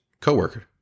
coworker